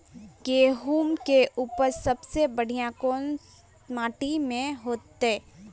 गेहूम के उपज सबसे बढ़िया कौन माटी में होते?